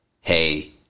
Hey